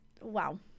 wow